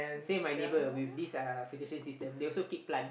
say my neighbour with this uh filtration system they also keep plants